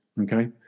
okay